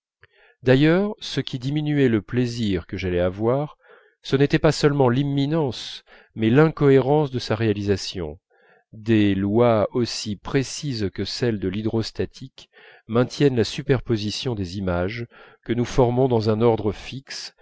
d'ailleurs ce qui diminuait le plaisir que j'allais avoir ce n'était pas seulement l'imminence mais l'incohérence de sa réalisation des lois aussi précises que celles de l'hydrostatique maintiennent la superposition des images que nous formons dans un ordre fixe